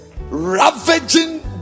ravaging